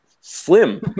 slim